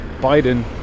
biden